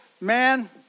man